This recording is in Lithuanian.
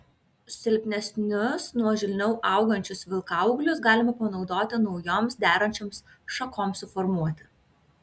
silpnesnius nuožulniau augančius vilkaūglius galima panaudoti naujoms derančioms šakoms suformuoti